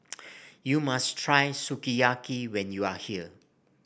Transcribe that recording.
you must try Sukiyaki when you are here